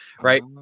Right